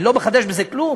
אני לא מחדש בזה כלום,